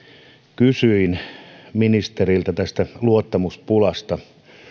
kysyin ministeriltä luottamuspulasta